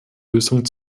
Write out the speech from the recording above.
lösung